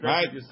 Right